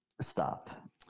stop